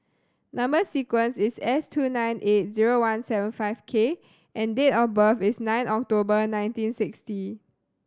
number sequence is S two nine eight zero one seven five K and date of birth is nine October nineteen sixty